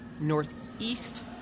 Northeast